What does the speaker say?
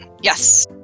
Yes